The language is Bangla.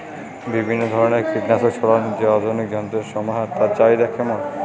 বিভিন্ন ধরনের কীটনাশক ছড়ানোর যে আধুনিক যন্ত্রের সমাহার তার চাহিদা কেমন?